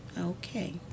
Okay